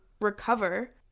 recover